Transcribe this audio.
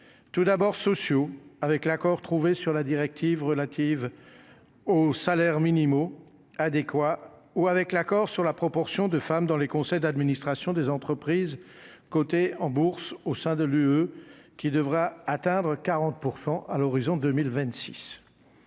tout d'abord, sociaux, avec l'accord trouvé sur la directive relative aux salaires minimaux adéquat ou avec l'accord sur la proportion de femmes dans les conseils d'administration des entreprises cotées en bourse au sein de l'UE qui devra atteindre 40 % à l'horizon 2026